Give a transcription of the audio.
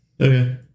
Okay